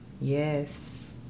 yes